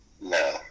No